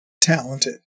talented